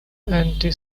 anti